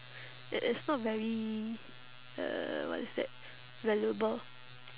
it is not very uh what is that valuable